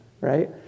right